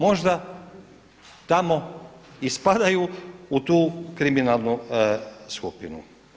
Možda tamo i spadaju u tu kriminalnu skupinu.